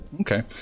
okay